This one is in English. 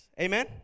Amen